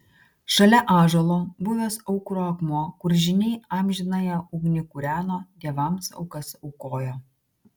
šalia ąžuolo buvęs aukuro akmuo kur žyniai amžinąją ugnį kūreno dievams aukas aukojo